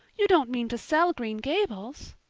you don't mean to sell green gables!